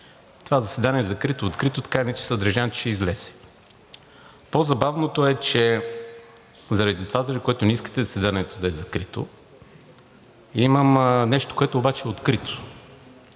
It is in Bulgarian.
това заседание закрито или открито, но така или иначе съдържанието ще излезе. По-забавното е, че заради това, заради което не искате заседанието да е закрито, има нещо, което обаче е открито.